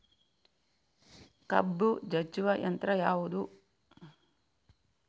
ಕಬ್ಬು ಜಜ್ಜುವ ಯಂತ್ರ ಯಾವುದು?